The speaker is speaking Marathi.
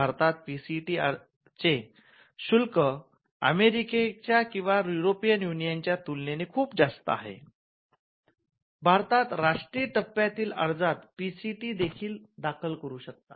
भारतात पी सी टी चे शुल्क अमेरिकेच्या किंवा युरोपियन युनियन च्या तुलनेनं खूप जास्त आहे भारतात राष्ट्रीय टप्प्यातील अर्जात पीसीटी देखील दाखल करू शकता